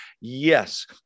Yes